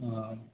अ